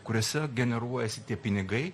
kuriose generuojasi tie pinigai